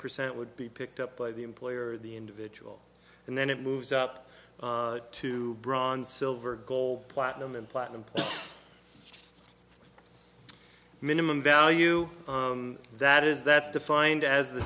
percent would be picked up by the employer or the individual and then it moves up to bronze silver gold platinum and platinum minimum value that is that's defined as the